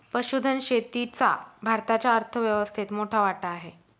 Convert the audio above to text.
पशुधन शेतीचा भारताच्या अर्थव्यवस्थेत मोठा वाटा आहे